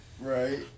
Right